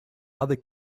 other